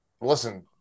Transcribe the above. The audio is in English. listen